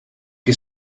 che